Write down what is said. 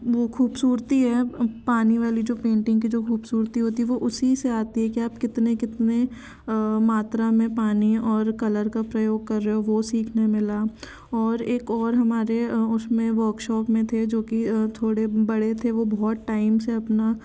वो खूबसुरती है पानी वाली पेंटिंग जो खूबसुरती होती है वो उसी से आती है कि आप कितने कितने मात्रा मे पानी और कलर का प्रयोग कर रहे हो वो सीखने मिला और एक और हमारे उसमें वर्कशोप में थे जो कि थोड़े बड़े थे वो बहुत टाइम से अपना